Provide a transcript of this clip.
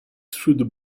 through